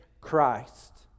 Christ